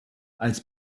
als